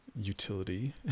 utility